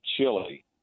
chili